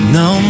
no